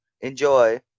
enjoy